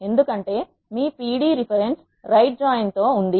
ఎందుకంటే మీ pd reference right join తో రైట్ ఉంది